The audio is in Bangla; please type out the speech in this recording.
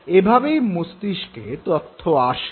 এভাবেই মস্তিষ্কে তথ্য আসে